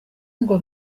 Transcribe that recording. ngo